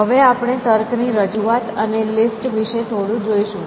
હવે આપણે તર્કની રજૂઆત અને લિસ્ટ વિશે થોડું જોઈશું